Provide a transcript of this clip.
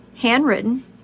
handwritten